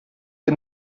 ihr